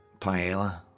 paella